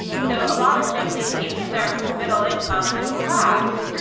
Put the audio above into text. so a lot of families even if they're middle-income, middle-class,